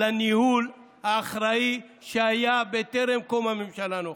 על הניהול האחראי שהיה בטרם קום הממשלה הנוכחית.